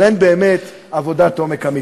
אבל אין עבודת עומק אמיתית.